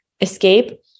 escape